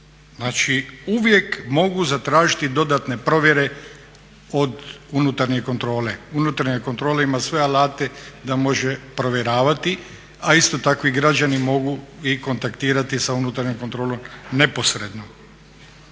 znači uvijek mogu zatražiti dodatne provjere od unutarnje kontrole, unutarnja kontrola ima sve alate da može provjeravati a isto tako i građani mogu i kontaktirati sa unutarnjom kontrolom neposredno